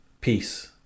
Peace